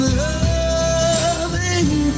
loving